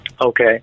Okay